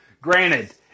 Granted